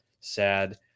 Sad